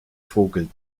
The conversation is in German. vogel